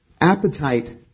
Appetite